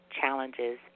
challenges